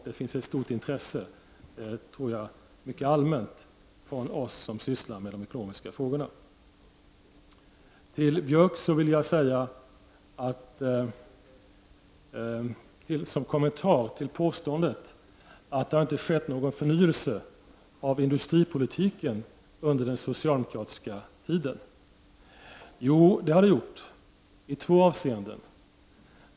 Jag tror att det mycket allmänt finns ett stort intresse bland oss som sysslar med de ekonomiska frågorna. Till Gunnar Björk vill jag som kommentar till påståendet att det inte har skett någon förnyelse av industripolitiken under den socialdemokratiska tiden säga följande. Det har skett förnyelse i två avseenden.